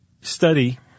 study